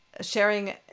sharing